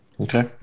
okay